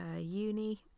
uni